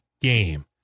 game